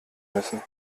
müssen